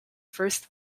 first